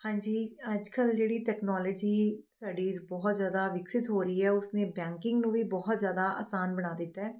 ਹਾਂਜੀ ਅੱਜ ਕੱਲ੍ਹ ਜਿਹੜੀ ਤਕਨਾਲੋਜੀ ਸਾਡੀ ਬਹੁਤ ਜ਼ਿਆਦਾ ਵਿਕਸਤ ਹੋ ਰਹੀ ਹੈ ਉਸ ਨੇ ਬੈਂਕਿੰਗ ਨੂੰ ਵੀ ਬਹੁਤ ਜ਼ਿਆਦਾ ਆਸਾਨ ਬਣਾ ਦਿੱਤਾ ਹੈ